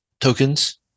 tokens